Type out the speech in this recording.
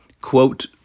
quote